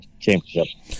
championship